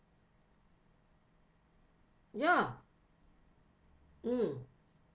ya mm